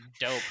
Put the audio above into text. dope